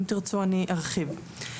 אם תרצו, ארחיב.